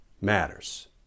matters